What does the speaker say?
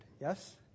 yes